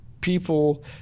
people